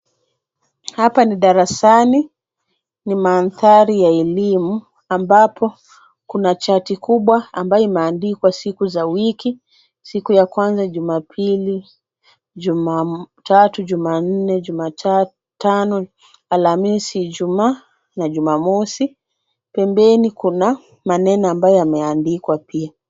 Hapa ni darasani, ni mandhari ya elimu ambapo kuna chati kubwa ambayo imeandikwa siku za wiki, siku ya kwanza Jumapili, Jumatatu, Jumanne. Jumatano, Alhamisi, Ijumaa na Jumamosi. Pembeni kuna maneno ambayo yameandikwa pia.